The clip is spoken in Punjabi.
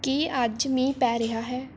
ਕੀ ਅੱਜ ਮੀਂਹ ਪੈ ਰਿਹਾ ਹੈ